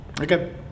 Okay